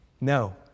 No